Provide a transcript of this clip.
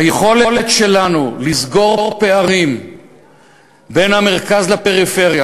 היכולת שלנו לסגור פערים בין המרכז לפריפריה,